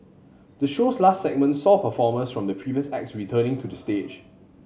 the show's last segment saw performers from the previous acts returning to the stage